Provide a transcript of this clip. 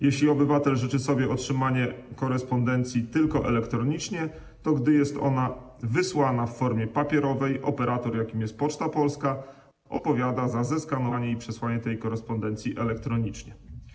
Jeśli obywatel życzy sobie, aby otrzymywać korespondencję tylko elektronicznie, to gdy jest ona wysłana w formie papierowej, operator, jakim jest Poczta Polska, odpowiada za zeskanowanie i przesłanie tej korespondencji elektronicznie.